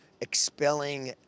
expelling